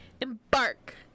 embark